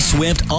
Swift